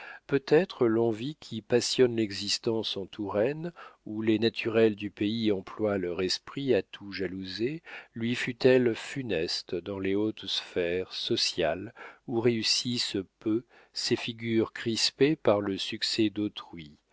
peut-être l'envie qui passionne l'existence en touraine où les naturels du pays emploient leur esprit à tout jalouser lui fut-elle funeste dans les hautes sphères sociales où réussissent peu ces figures crispées par le succès d'autrui